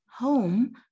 home